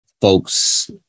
folks